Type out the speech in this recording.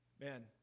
man